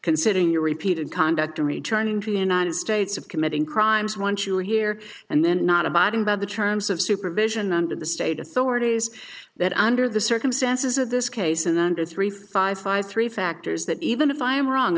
considering your repeated conduct in returning to the united states of committing crimes once you are here and then not abiding by the terms of supervision and in the state authorities that under the circumstances of this case in the under three five five three factors that even if i am wrong